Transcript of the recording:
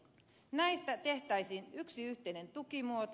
näistä tehtäisiin yksi yhteinen tukimuoto